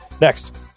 next